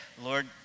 Lord